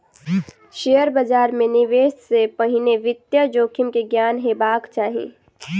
share बाजार मे निवेश से पहिने वित्तीय जोखिम के ज्ञान हेबाक चाही